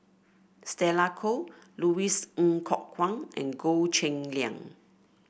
Stella Kon Louis Ng Kok Kwang and Goh Cheng Liang